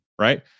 right